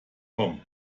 tom